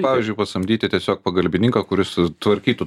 pavyzdžiui pasamdyti tiesiog pagalbininką kuris sutvarkytų